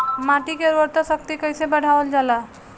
माटी के उर्वता शक्ति कइसे बढ़ावल जाला?